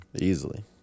Easily